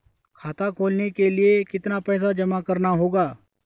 खाता खोलने के लिये कितना पैसा जमा करना होगा?